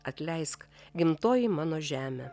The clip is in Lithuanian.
atleisk gimtoji mano žemę